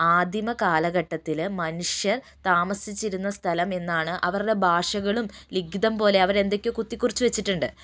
ആദിമകാലഘട്ടത്തില് മനുഷ്യർ താമസിച്ചിരുന്ന സ്ഥലം എന്നാണ് അവരുടെ ഭാഷകളും ലിഖിതം പോലെ അവരെന്തൊക്കെയോ കുത്തിക്കുറിച്ചുവെച്ചിട്ടുണ്ട്